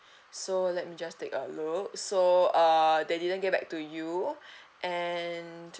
so let me just take a look so uh they didn't get back to you and